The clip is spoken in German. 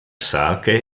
sage